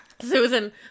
Susan